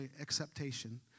acceptation